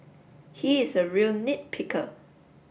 he is a real nit picker